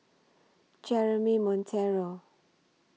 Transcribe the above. Jeremy Monteiro